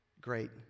great